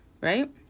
right